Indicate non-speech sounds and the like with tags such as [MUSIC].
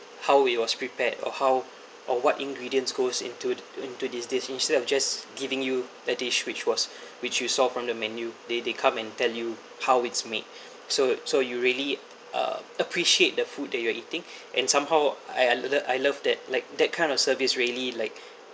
how he was prepared or how or what ingredients goes into into these instead of just giving you the dish which was which you saw from the menu they they come and tell you how it's made [BREATH] so so you really uh appreciate the food that you are eating [BREATH] and somehow I lov~ I love that like that kind of service really like